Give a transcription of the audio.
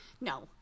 no